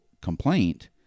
complaint